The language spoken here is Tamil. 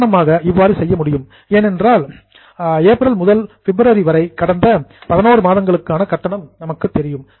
உதாரணமாக இவ்வாறு செய்ய முடியும் என்னவென்றால் ஏப்ரல் முதல் பிப்ரவரி வரை கடந்த 11 மாதங்களுக்கான கட்டணங்கள் நமக்கு தெரியும்